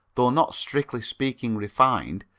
though not strictly speaking refined,